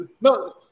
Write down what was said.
No